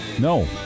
No